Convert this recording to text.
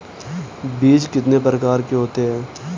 बीज कितने प्रकार के होते हैं?